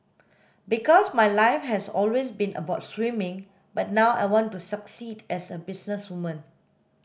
because my life has always been about swimming but now I want to succeed as a businesswoman